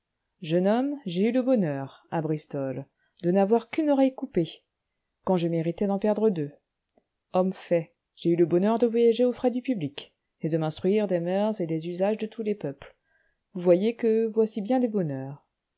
jeune homme j'ai eu le bonheur à bristol de n'avoir qu'une oreille coupée quand je méritais d'en perdre deux homme fait j'ai eu le bonheur de voyager aux frais du public et de m'instruire des moeurs et des usages de tous les peuples vous voyez que voici bien des bonheurs